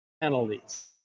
Penalties